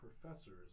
professors